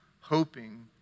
hoping